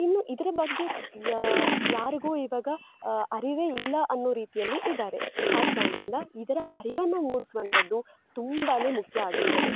ಇನ್ನು ಇದರ ಬಗ್ಗೆ ಯಾರಿಗು ಇವಾಗ ಅರಿವೆ ಇಲ್ಲ ಅನ್ನೋ ರೀತಿಯಲ್ಲಿ ಇದ್ದಾರೆ ಆದ ಕಾರ್ಣದಿಂದ ಇದರ ಅರಿವನ್ನು ಮೂಡಿಸುವಂತದ್ದು ತುಂಬಾ ಮುಖ್ಯ ಆಗಿರ್ತದೆ